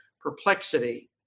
perplexity